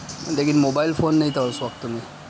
لیکن mobile phone نہیں تھا اس وقت میں